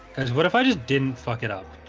and what if i just didn't fuck it up?